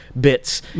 bits